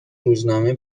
روزنامه